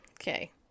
okay